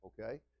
okay